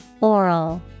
Oral